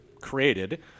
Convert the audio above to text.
created